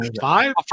five